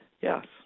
Yes